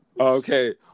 Okay